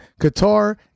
Qatar